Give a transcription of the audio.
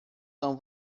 são